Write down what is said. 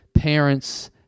parents